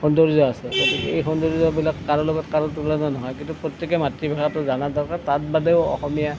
সৌন্দৰ্য আছে গতিকে এই সৌন্দৰ্যবিলাক কাৰো লগত কাৰো তুলনা নহয় কিন্তু প্ৰত্যেকেই মাতৃভাষাটো জনা দৰকাৰ তাত বাদেও অসমীয়া